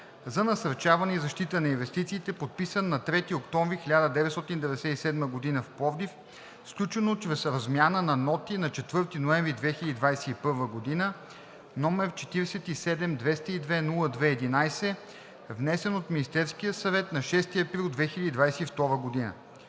за насърчаване и защита на инвестициите, подписан на 3 октомври 1997 г. в Пловдив, сключено чрез размяна на ноти на 4 ноември 2021 г., № 47-202-02-11, внесен от Министерския съвет на 6 април 2022 г.